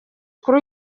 kuri